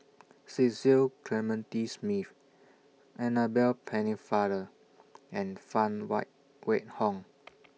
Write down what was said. Cecil Clementi Smith Annabel Pennefather and Phan Why Wait Hong